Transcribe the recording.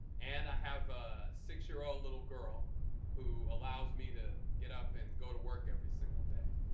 and i have a six year old little girl who allows me to get up and go to work every single day.